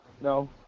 no